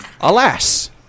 Alas